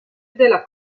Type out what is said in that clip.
della